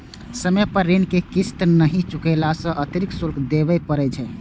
समय पर ऋण के किस्त नहि चुकेला सं अतिरिक्त शुल्क देबय पड़ै छै